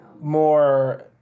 More